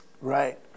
right